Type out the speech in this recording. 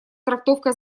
трактовка